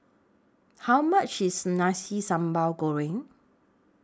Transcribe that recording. How much IS Nasi Sambal Goreng